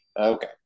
Okay